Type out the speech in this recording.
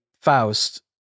Faust